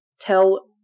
Tell